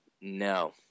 no